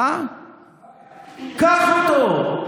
הלוואי, קח אותו.